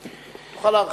להרחיב.